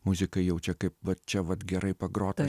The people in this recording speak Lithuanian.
muzikai jaučia kaip va čia vat gerai pagrota